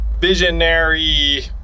visionary